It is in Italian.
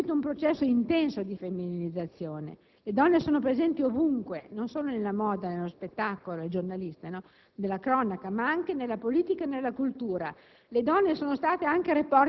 Il giornalismo italiano ha subito un processo intenso di femminilizzazione. Le donne sono presenti ovunque, non solo nella moda, nello spettacolo e, come giornaliste, nella cronaca, ma anche nella politica e nella cultura.